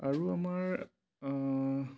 আৰু আমাৰ